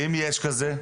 ואם יש כזה?